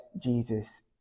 Jesus